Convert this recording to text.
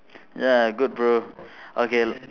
ya good bro okay